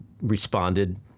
responded